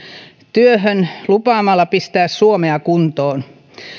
työhön lupaamalla pistää suomea kuntoon